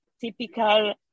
typical